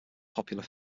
popular